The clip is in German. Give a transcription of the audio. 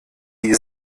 die